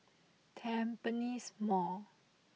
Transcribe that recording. Tampines Mall